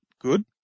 good